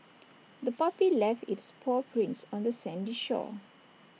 the puppy left its paw prints on the sandy shore